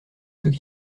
ceux